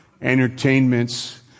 entertainments